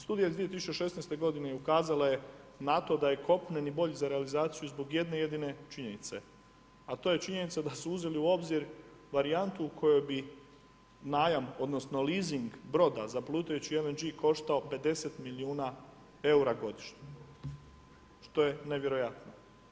Studija 2016. godine ukazala je na to da je kopneni bolji za realizaciju zbog jedne jedine činjenice, a to je činjenica da su uzeli u obzir varijantu u kojoj bi najam, odnosno leasing broda za plutajući LNG koštao 50 milijuna eura godišnje, što je nevjerojatno.